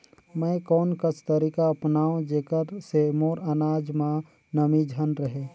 मैं कोन कस तरीका अपनाओं जेकर से मोर अनाज म नमी झन रहे?